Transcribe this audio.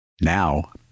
Now